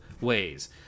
ways